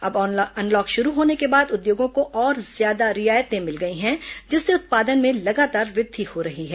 अब अनलॉक शुरू होने के बाद उद्योगों को और ज्यादा रियायतें मिल गई हैं जिससे उत्पादन में लगातार वृद्धि हो रही है